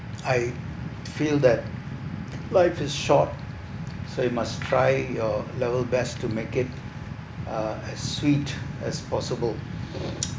I feel that life is short so you must try your level best to make it uh as sweet as possible